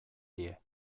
die